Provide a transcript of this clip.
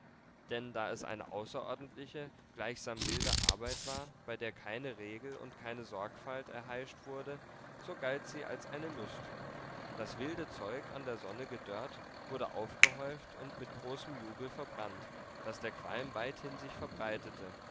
denn da es eine außerordentliche gleichsam wilde arbeit war bei der keine regel und keine sorgfalt erheischt wurde so galt sie als eine lust das wilde zeug an der sonne gedörrt wurde aufgehäuft und mit großem jubel verbrannt daß der qualm weithin sich verbreitete